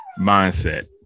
mindset